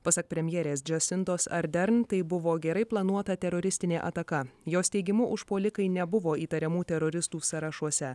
pasak premjerės džasindos ardern tai buvo gerai planuota teroristinė ataka jos teigimu užpuolikai nebuvo įtariamų teroristų sąrašuose